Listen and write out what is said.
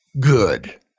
Good